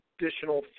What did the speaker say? additional